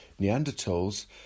Neanderthals